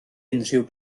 unrhyw